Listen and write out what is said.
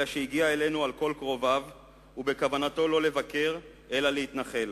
אלא שהוא הגיע אלינו על כל קרוביו ובכוונתו לא לבקר אלא להתנחל.